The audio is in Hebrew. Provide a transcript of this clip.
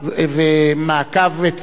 במעקב צמוד.